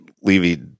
Levy